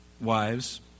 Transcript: wives